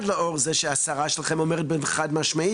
לאור זה שהשרה שלכם אומרת וקוראת באופן חד משמעי